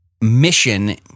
mission